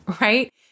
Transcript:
right